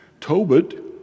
Tobit